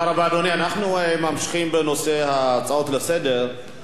אנחנו ממשיכים בנושא ההצעות לסדר-היום.